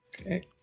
okay